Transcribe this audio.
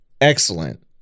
excellent